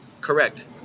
correct